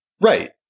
right